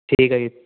ਠੀਕ ਆ ਜੀ